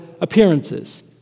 appearances